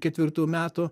ketvirtų metų